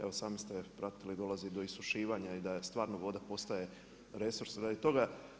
Evo i sami ste pratili, dolazi do isušivanja i da stvarno voda postaje resurs radi toga.